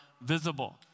visible